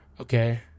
Okay